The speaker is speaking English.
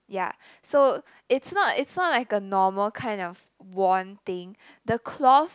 ya so it's not it's not like a normal kind of wand thing the cloth